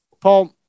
Paul